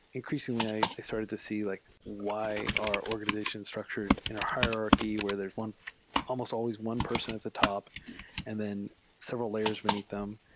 increasingly, i i started to see like why our organization structured in a hierarchy where there's almost always one person at the top and then several layers beneath them,